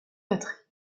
batteries